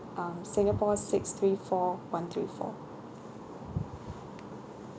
um singapore six three four one three four